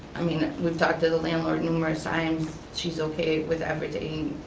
i mean we've talked to the landlord numerous times. she's okay with everything.